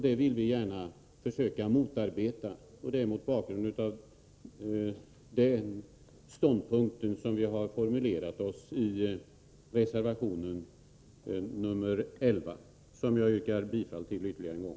Det vill vi gärna försöka motarbeta, och det är mot bakgrund av den ståndpunkten som vi har formulerat oss i reservation 11, som jag yrkar bifall till ytterligare en gång.